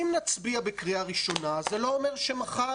אם נצביע בקריאה ראשונה זה לא אומר שמחר